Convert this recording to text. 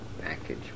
package